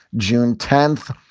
june tenth.